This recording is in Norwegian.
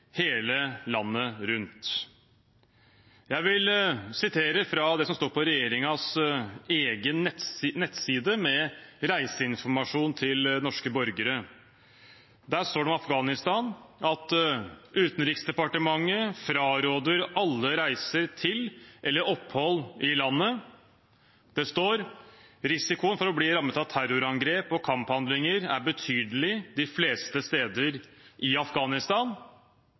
hele landet. Jeg vil sitere fra det som står på regjeringens egen nettside med reiseinformasjon til norske borgere. Der står det om Afghanistan: «Utenriksdepartementet fraråder alle reiser til eller opphold i landet.» Det står videre: «Risikoen for å bli rammet av terrorangrep og kamphandlinger er betydelig de fleste steder i Afghanistan.»